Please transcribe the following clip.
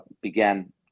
began